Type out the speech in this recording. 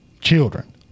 children